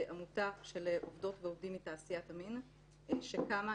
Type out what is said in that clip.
עמותה של עובדות ועובדים מתעשיית המין שקמה,